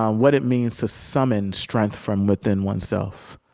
um what it means to summon strength from within oneself,